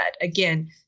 Again